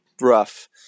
rough